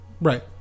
right